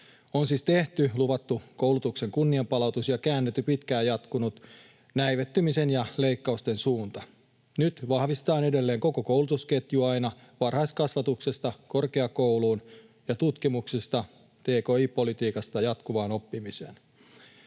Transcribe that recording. On siis tehty, luvattu koulutuksen kunnianpalautus ja käännetty pitkään jatkunut näivettymisen ja leikkausten suunta. Nyt vahvistetaan edelleen koko koulutusketjua aina varhaiskasvatuksesta korkeakouluun ja tutkimuksesta, tki-politiikasta, jatkuvaan oppimiseen.